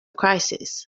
crises